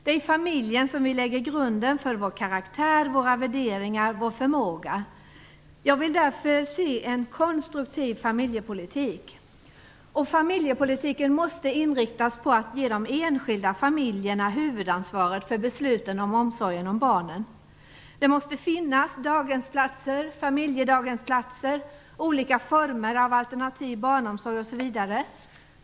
Det är i familjen som grunden läggs för vår karaktär, våra värderingar och vår förmåga. Jag vill därför se en konstruktiv familjepolitik. Familjepolitiken måste inriktas på att ge de enskilda familjerna huvudansvaret för besluten om omsorgen om barnen. Det måste finnas daghemsplatser, familjedaghemsplatser, olika former av alternativ barnomsorg osv.